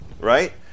right